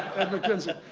at mckinsey.